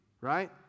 right